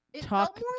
talk